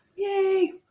Yay